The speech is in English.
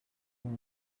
mood